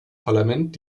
parlament